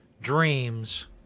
dreams